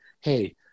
hey